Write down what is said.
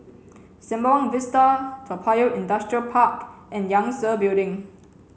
Sembawang Vista Toa Payoh Industrial Park and Yangtze Building